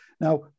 Now